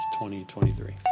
2023